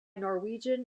norwegian